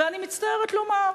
ואני מצטערת לומר שהאוצר,